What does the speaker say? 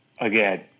again